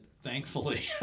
Thankfully